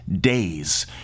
Days